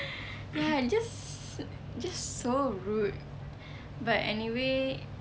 ah just just so rude but anyway